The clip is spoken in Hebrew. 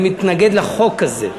אני מתנגד לחוק הזה.